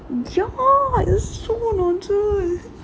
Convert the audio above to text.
ya it's so nonsense